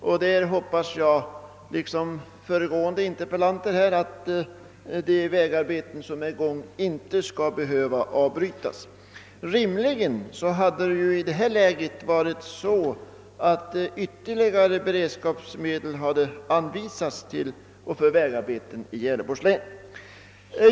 Jag hoppas liksom de båda föregående interpellanterna att de vägarbeten som är i gång inte skall behöva avbrytas. Rimligen borde i denna situation ytterligare beredskapsmedel ha anvisats för vägarbeten i Gävleborgs län.